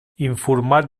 informat